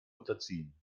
unterziehen